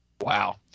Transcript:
Wow